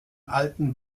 alten